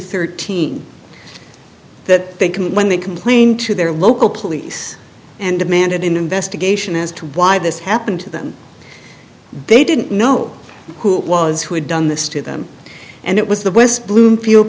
thirteen that they can when they complain to their local police and demanded an investigation as to why this happened to them they didn't know who it was who had done this to them and it was the west bloomfield